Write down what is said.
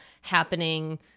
happening